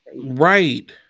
right